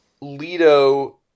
Leto